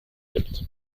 gibt